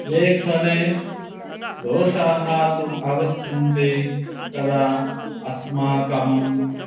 लेखने दोषाः तु आगच्छन्ति तदा अस्माकम्